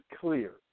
clear